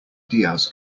diaz